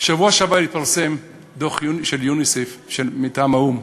בשבוע שעבר התפרסם דוח של יוניסף מטעם האו"ם,